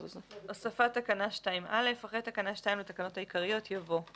הוספת תקנה 2א אחרי תקנה 2 לתקנות העיקריות יבוא: